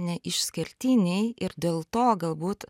neišskirtiniai ir dėl to galbūt